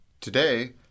Today